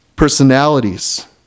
Personalities